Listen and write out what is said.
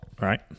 right